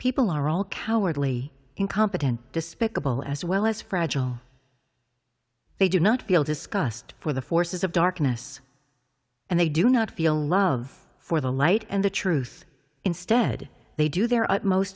people are all cowardly incompetent despicable as well as fragile they do not feel disgust for the forces of darkness and they do not feel love for the light and the truth instead they do their utmost